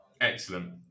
excellent